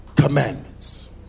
commandments